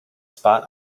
spot